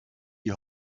die